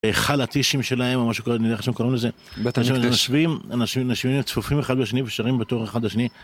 חל הטישים שלהם, או משהו כזה, אני לא יודע איך שהם קוראים לזה. בית המקדש. מתיישבים אנשים צפופים אחד בשני ושרים בתוך אחד לשני.